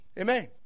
Amen